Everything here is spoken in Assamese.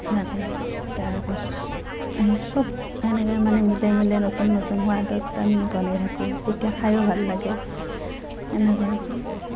সেনেকেই তাৰ পাছত চব সেনেকৈ মানে মিলাই মিলাই নতুন নতুন সোৱাদত আমি বনাই থাকোঁ তেতিয়া খায়ো ভাল লাগে এনেকৈয়ে